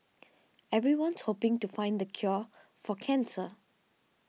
everyone's hoping to find the cure for cancer